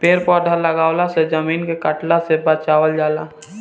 पेड़ पौधा लगवला से जमीन के कटला से बचावल जाला